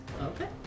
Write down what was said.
Okay